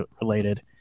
related